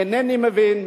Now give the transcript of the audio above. אינני מבין,